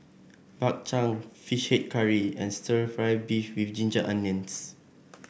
Bak Chang fish head curry and stir fry beef with Ginger Onions